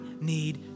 need